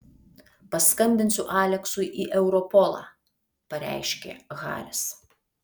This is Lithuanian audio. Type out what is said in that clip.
paskambinsiu aleksui į europolą pareiškė haris